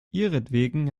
ihretwegen